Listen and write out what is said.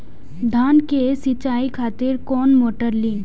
धान के सीचाई खातिर कोन मोटर ली?